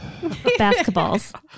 basketballs